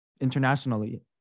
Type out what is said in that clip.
internationally